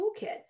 toolkit